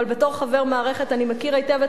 אבל בתור חבר מערכת אני מכיר היטב את